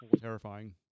terrifying